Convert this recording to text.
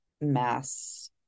mass